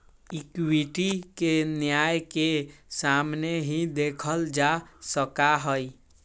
equity के न्याय के सामने ही देखल जा सका हई